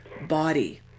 body